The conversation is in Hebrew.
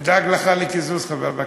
נדאג לך לקיזוז, חבר הכנסת.